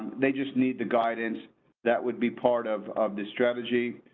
they just need the guidance that would be part of of the strategy.